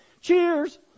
cheers